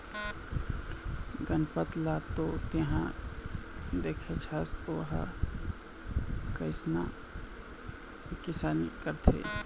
गनपत ल तो तेंहा देखेच हस ओ ह कइसना किसानी करथे